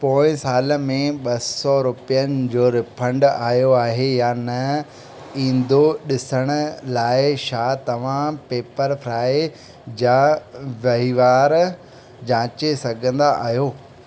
पोएं साल में ॿ सौ रुपयनि जो रीफंड आयो आहे या न ईंदो ॾिसण लाइ छा तव्हां पेपरफ्राय जा वहिंवार जांचे सघंदा आहियो